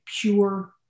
pure